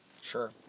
Sure